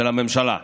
של הממשלה.